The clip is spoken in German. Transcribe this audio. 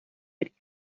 mit